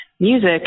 music